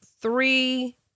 three